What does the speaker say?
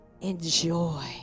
enjoy